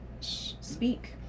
speak